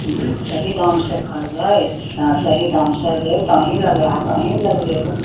हूँ सही दाम से करबै सही दाम से देब तऽ अहिँ लग आयब अहिँ लग लेब